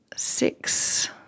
Six